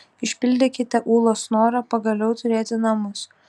išpildykite ūlos norą pagaliau turėti namus